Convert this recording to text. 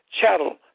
chattel